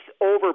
over